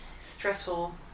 stressful